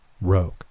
rogue